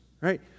right